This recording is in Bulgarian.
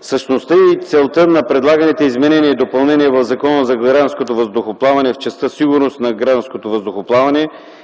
Същността и целта на предлаганите изменения и допълнения в Закона за гражданското въздухоплаване в частта „Сигурност на гражданското въздухоплаване”